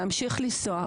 מלהמשיך לנסוע.